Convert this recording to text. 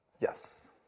Yes